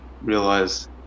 realize